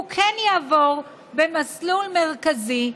הוא כן יעבור במסלול מרכזי,